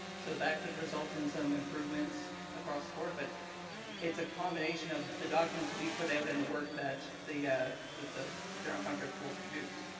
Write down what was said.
so that could result in some improvements across the board. but it's a combination of the documents we put out and the work that the ah that the general contracts will produce.